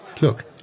Look